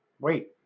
Wait